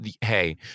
hey